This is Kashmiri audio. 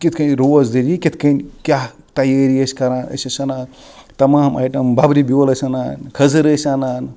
کِتھ کٔنۍ روزدٔری کِتھ کٔنۍ کیاہ تَیٲری ٲسۍ کَران أسۍ ٲسۍ اَنان تَمام آیٹَم بَبرِبِیوٚل ٲسۍ اَنان کھٔزٕر ٲسۍ اَنان